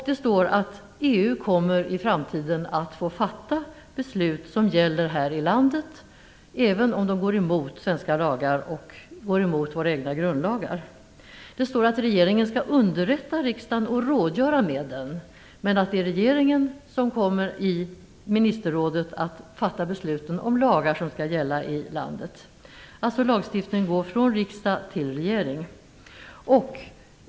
Det står också att EU i framtiden kommer att få fatta beslut som gäller här i landet, även om de går emot våra egna grundlagar och andra svenska lagar. Det står att regeringen skall underrätta riksdagen och rådgöra med den, men det är regeringen som i ministerrådet kommer att fatta besluten om lagar som skall gälla i landet. Lagstiftningen kommer alltså att flyttas från riksdag till regering.